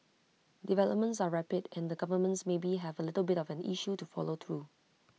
developments are rapid and the governments maybe have A little bit of an issue to follow through